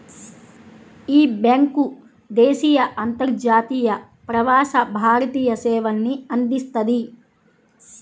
యీ బ్యేంకు దేశీయ, అంతర్జాతీయ, ప్రవాస భారతీయ సేవల్ని అందిస్తది